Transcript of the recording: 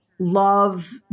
love